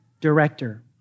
director